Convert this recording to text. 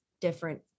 different